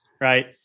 Right